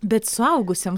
bet suaugusiam